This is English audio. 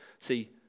See